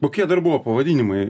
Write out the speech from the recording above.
kokie dar buvo pavadinimai